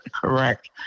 correct